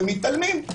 ומתעלמים.